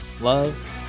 love